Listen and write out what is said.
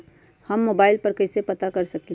हम मोबाइल पर कईसे पता कर सकींले?